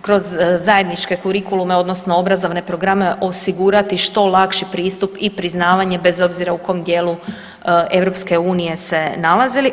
kroz zajedničke kurikulume odnosno obrazovne programe osigurati što lakši pristup i priznavanje bez obzira u kom dijelu EU se nalazili.